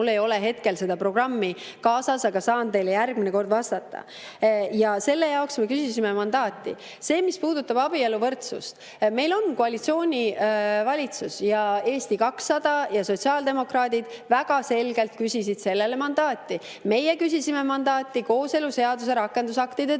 mul ei ole seda programmi kaasas, aga saan teile järgmine kord vastata. Ja selle jaoks me küsisime mandaati. See, mis puudutab abieluvõrdsust. Meil on koalitsioonivalitsus ning Eesti 200 ja sotsiaaldemokraadid väga selgelt küsisid sellele mandaati. Meie küsisime mandaati kooseluseaduse rakendusaktide tegemiseks,